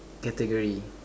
category